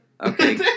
Okay